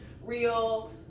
real